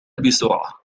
بسرعة